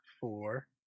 four